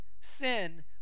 Sin